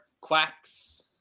quacks